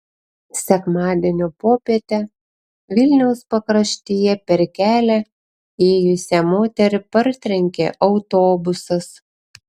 sekmadienio popietę vilniaus pakraštyje per kelią ėjusią moterį partrenkė autobusas